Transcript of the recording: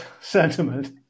sentiment